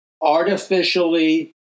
artificially